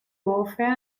warfare